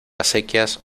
acequias